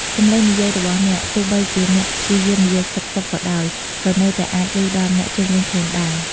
សំឡេងនិយាយរបស់អ្នក ទោះបីជាអ្នកព្យាយាមនិយាយខ្សឹបៗក៏ដោយ ក៏នៅតែអាចឮដល់អ្នកជុំវិញខ្លួនដែរ។